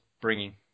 bringing